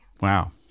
Wow